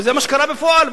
וזה מה שקרה בפועל.